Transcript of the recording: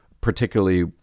particularly